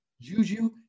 Juju